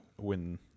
win